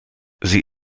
sie